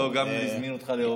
לא, לא, הזמין גם אותך לאוכל.